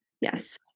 yes